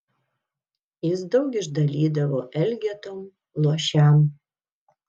jis daug išdalydavo elgetom luošiam